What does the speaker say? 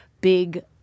big